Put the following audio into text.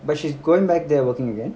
but she's going back there working again